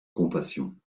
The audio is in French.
compassion